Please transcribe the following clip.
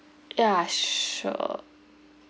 yeah s~ sure